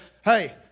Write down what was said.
Hey